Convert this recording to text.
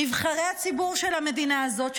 נבחרי הציבור של המדינה הזאת,